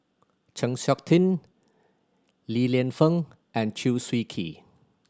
Chng Seok Tin Li Lienfung and Chew Swee Kee